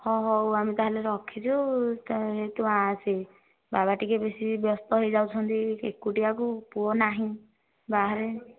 ହଁ ହଉ ଆମେ ତା'ହେଲେ ରଖିଛୁ ତୁ ଆସେ ବାବା ଟିକିଏ ବେଶୀ ବ୍ୟସ୍ତ ହୋଇଯାଉଛନ୍ତି ଏକୁଟିଆକୁ ପୁଅ ନାହିଁ ବାହାରେ